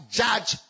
judge